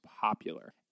popular